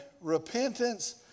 repentance